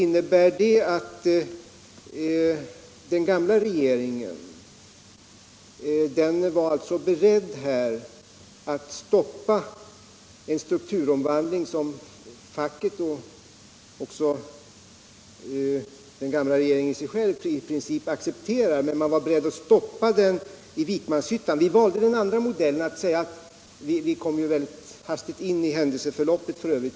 Var den gamla regeringen alltså beredd att stoppa en strukturomvandling som facket och den gamla regeringen själv i princip accepterar? Vi valde den andra modellen — vi kom väldigt hastigt in i händelseförloppet f.ö.